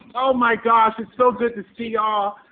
oh my gosh, it's so good to see y'all,